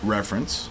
Reference